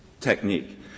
technique